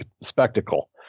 spectacle